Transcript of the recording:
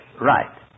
Right